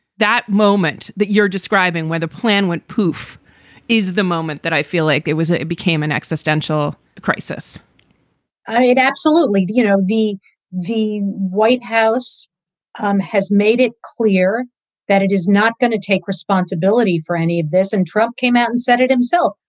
that moment that you're describing where the plan went poof is the moment that i feel like it was ah it became an existential crisis i mean, absolutely. the you know the the white house um has made it clear that it is not going to take responsibility for any of this. and trump came out and said it himself,